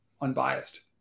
unbiased